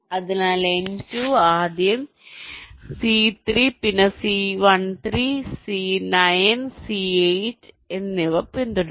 അതിനാൽ N2 ആദ്യം C3 പിന്നെ C13 C9 C8 എന്നിവ പിന്തുടരും